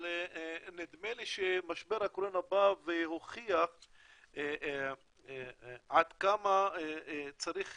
אבל נדמה לי שמשבר הקורונה בא והוכיח עד כמה צריך